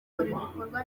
ibikorwa